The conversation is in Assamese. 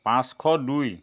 পাঁচশ দুই